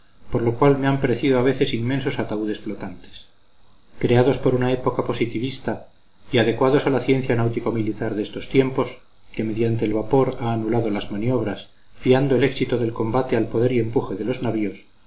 por lo cual me han parecido a veces inmensos ataúdes flotantes creados por una época positivista y adecuados a la ciencia náutico militar de estos tiempos que mediante el vapor ha anulado las maniobras fiando el éxito del combate al poder y empuje de los navíos